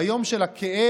ביום של הכאב,